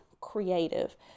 creative